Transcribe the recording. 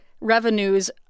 revenues